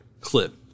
clip